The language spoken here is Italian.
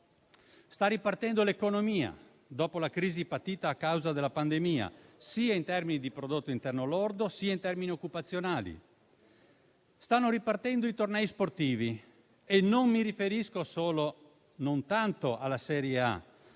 Sta ripartendo l'economia dopo la crisi patita a causa della pandemia, in termini sia di prodotto interno lordo sia occupazionali. Stanno ripartendo i tornei sportivi e non mi riferisco tanto alla serie A,